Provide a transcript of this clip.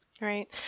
Right